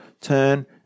turn